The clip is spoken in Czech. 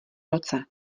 roce